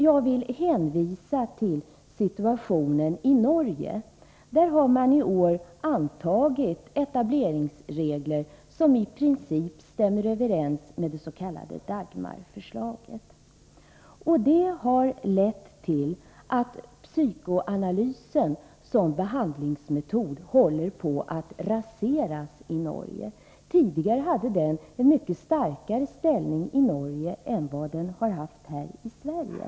Jag vill hänvisa till situationen i Norge. Där har man i år antagit etableringsregler som i princip stämmer överens med det s.k. Dagmarförslaget. Det har lett till att psykoanalysen som behandlingsmetod håller på att raseras i Norge. Tidigare hade den en mycket starkare ställning i Norge än den haft här i Sverige.